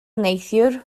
neithiwr